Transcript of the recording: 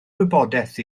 wybodaeth